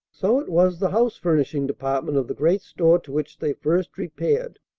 so it was the house-furnishing department of the great store to which they first repaired,